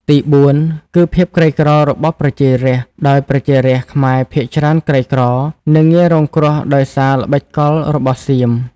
ទីបួនគឺ ភាពក្រីក្ររបស់ប្រជារាស្ត្រ ដោយប្រជារាស្ត្រខ្មែរភាគច្រើនក្រីក្រ និងងាយរងគ្រោះដោយសារល្បិចកលរបស់សៀម។